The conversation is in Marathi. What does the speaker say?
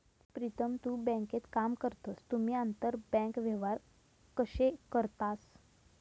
प्रीतम तु बँकेत काम करतस तुम्ही आंतरबँक व्यवहार कशे करतास?